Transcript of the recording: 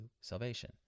salvation